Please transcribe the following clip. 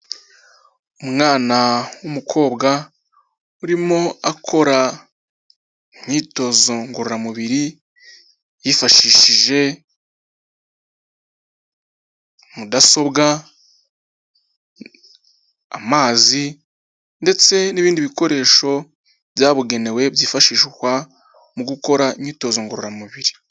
Umwana w'umukobwa urimo gukora imyitozo ngororamubiri yifashishije mudasobwa; amazi ndetse n'ibindi bikoresho byabugenewe byifashishwa mu gukora imyitozo ngororamubiri.